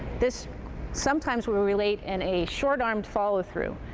this sometimes will relate in a short armed follow through.